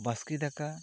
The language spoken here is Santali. ᱵᱟᱥᱠᱮ ᱫᱟᱠᱟ